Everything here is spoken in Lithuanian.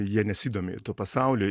jie nesidomi tuo pasauliu